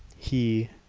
he